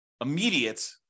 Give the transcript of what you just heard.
immediate